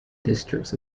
districts